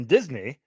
Disney